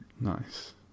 nice